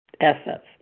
assets